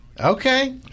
Okay